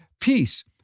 peace